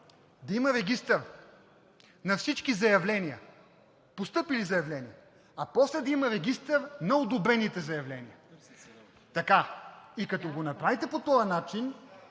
да има регистър на всички постъпили заявления, а после да има регистър на одобрените заявления. Като го направите по този начин,